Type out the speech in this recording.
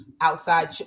outside